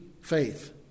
faith